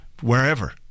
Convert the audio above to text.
wherever